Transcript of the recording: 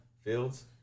Fields